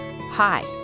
Hi